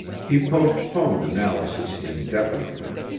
he postponed analysis indefinitely.